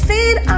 Feed